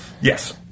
yes